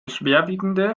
schwerwiegende